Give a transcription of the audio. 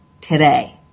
today